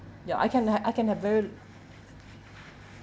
ya I can ha~ I can have very